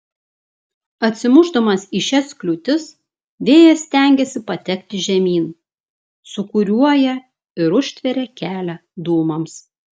atsimušdamas į šias kliūtis vėjas stengiasi patekti žemyn sūkuriuoja ir užtveria kelią dūmams